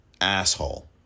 Asshole